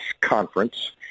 conference